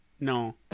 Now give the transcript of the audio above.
No